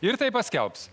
ir tai paskelbs